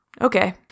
okay